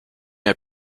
n’y